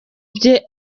bye